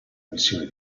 missioni